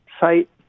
site